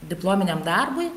diplominiam darbui